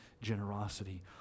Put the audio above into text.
generosity